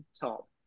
top